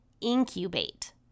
incubate